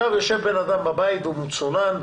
יושב בן אדם בבית והוא מצונן,